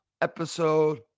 episode